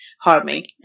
harming